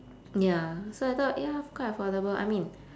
ya so I thought ya quite affordable I mean